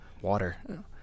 water